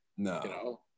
No